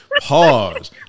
Pause